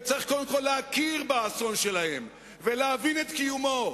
וצריך קודם כול להכיר באסון שלהם ולהבין את קיומו.